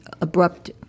abrupt